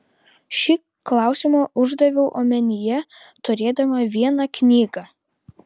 šį klausimą uždaviau omenyje turėdama vieną knygą